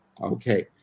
okay